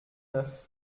neuf